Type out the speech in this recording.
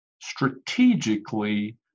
strategically